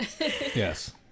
Yes